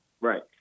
Right